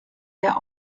der